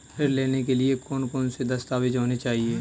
ऋण लेने के लिए कौन कौन से दस्तावेज होने चाहिए?